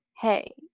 Hey